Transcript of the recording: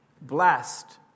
Blessed